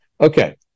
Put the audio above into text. Okay